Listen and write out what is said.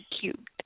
cute